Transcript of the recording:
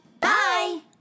Bye